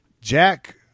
Jack